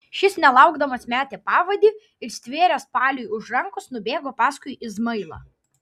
šis nelaukdamas metė pavadį ir stvėręs paliui už rankos nubėgo paskui izmailą